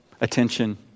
attention